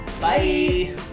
Bye